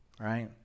right